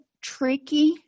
tricky